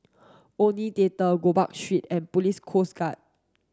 Omni Theatre Gopeng Street and Police Coast Guard